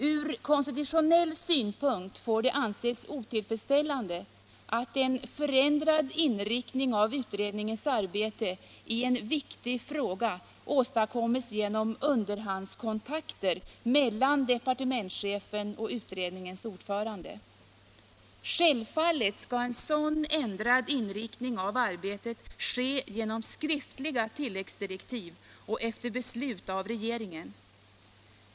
Ur konstitutionell synpunkt får det anses otillfredsställande att en förändrad inriktning av en utrednings arbete i en viktig fråga åstadkommes genom underhandskontakter mellan departementschefen och utredningens ordförande. Självfallet skall en sådan ändrad inriktning av arbetet ske genom skriftliga tilläggsdirektiv och efter beslut av regeringen.